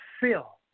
fill